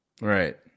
right